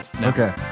Okay